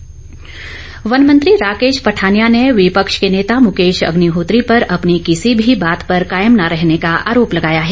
राकेश पठानिया वन मंत्री राकेश पठानिया ने विपक्ष के नेता मुकेश अग्निहोत्री पर अपनी किसी भी बात पर कायम न रहने का आरोप लगाया है